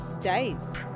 days